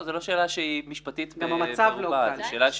גם המצב לא קל.